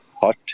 hot